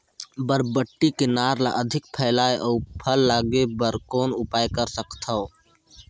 बरबट्टी के नार ल अधिक फैलाय अउ फल लागे बर कौन उपाय कर सकथव?